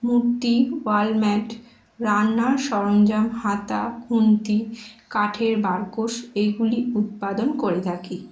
মূর্তি wall mat রান্নার সরঞ্জাম হাতা খুন্তি কাঠের বারকোশ এইগুলি উৎপাদন করে থাকি